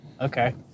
Okay